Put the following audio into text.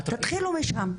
תתחילו משם.